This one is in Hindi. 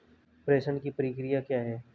प्रेषण की प्रक्रिया क्या है?